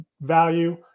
value